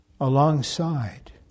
alongside